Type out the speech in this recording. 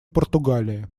португалии